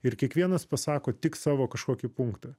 ir kiekvienas pasako tik savo kažkokį punktą